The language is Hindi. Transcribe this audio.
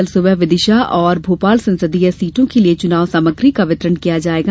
कल सुबह विदिशा और भोपाल संसदीय सीटों के लिये चुनाव सामग्री का वितरण किया जायेगा